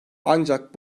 ancak